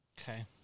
Okay